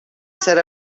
set